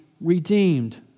redeemed